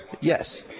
Yes